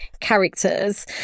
characters